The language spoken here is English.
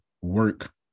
work